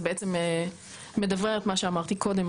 זה בעצם מדברר את מה שאמרתי קודם,